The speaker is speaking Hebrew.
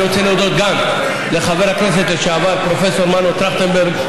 אני רוצה להודות גם לחבר הכנסת לשעבר פרופ' מנו טרכטנברג,